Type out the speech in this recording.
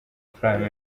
amafaranga